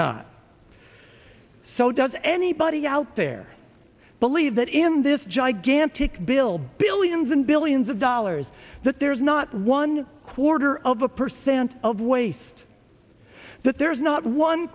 not so does anybody out there believe that in this gigantic bill billions and billions of dollars that there's not one quarter of a percent of waste that there's not one